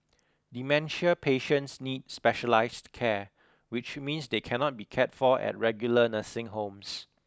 dementia patients need specialised care which means they can not be cared for at regular nursing homes